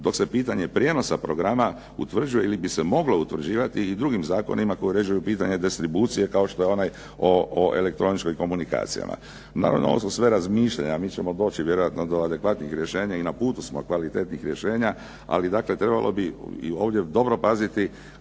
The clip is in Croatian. dok se pitanje prijenosa programa utvrđuje, ili bi se moglo utvrđivati i drugim zakonima koji uređuju pitanje distribucije, kao što je onaj o elektroničkim komunikacijama. Naravno ovo su sve razmišljanja. Mi ćemo doći vjerojatno do adekvatnih rješenja i na putu smo kvalitetnih rješenja, ali dakle trebalo bi i ovdje dobro paziti